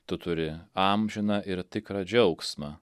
tu turi amžiną ir tikrą džiaugsmą